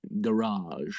garage